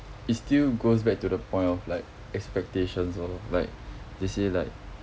it still goes back to the point of like expectations lor like they say like